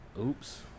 oops